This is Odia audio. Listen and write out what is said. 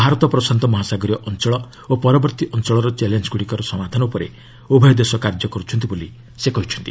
ଭାରତ ପ୍ରଶାନ୍ତ ମହାସାଗରୀୟ ଅଞ୍ଚଳ ଓ ପରବର୍ତ୍ତୀ ଅଞ୍ଚଳର ଚ୍ୟାଲେଞ୍ଗୁଡ଼ିକର ସମାଧାନ ଉପରେ ଉଭୟ ଦେଶ କାର୍ଯ୍ୟ କରୁଛନ୍ତି ବୋଲି ସେ କହିଛନ୍ତି